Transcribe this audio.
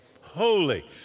holy